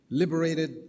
liberated